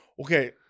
Okay